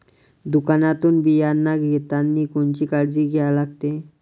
दुकानातून बियानं घेतानी कोनची काळजी घ्या लागते?